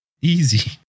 Easy